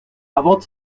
avant